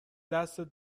دستت